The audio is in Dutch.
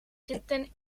zitten